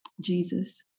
Jesus